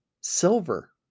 silver